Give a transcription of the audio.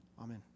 Amen